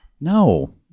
No